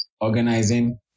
organizing